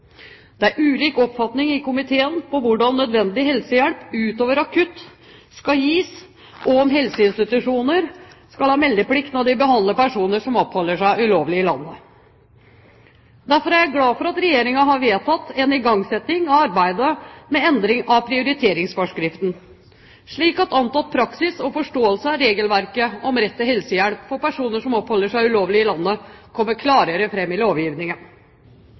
Det er ulik oppfatning i komiteen av hvordan nødvendig helsehjelp utover akutt hjelp skal gis, og om helseinstitusjoner skal ha meldeplikt når de behandler personer som oppholder seg ulovlig i landet. Derfor er jeg glad for at Regjeringen har vedtatt igangsetting av arbeidet med endring av prioriteringsforskriften, slik at antatt praksis og forståelse av regelverket om rett til helsehjelp for personer som oppholder seg ulovlig i landet, kommer klarere fram i lovgivningen.